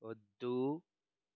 వద్దు